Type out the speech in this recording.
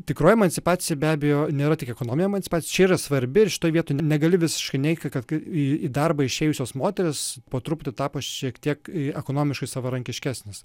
tikroji emancipacija be abejo nėra tik ekonominė emacipacija čia yra svarbi ir šitoj vietoj negali visiškai neigti kad kai į darbą išėjusios moterys po truputį tapo šiek tiek į ekonomiškai savarankiškesnės